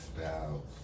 Styles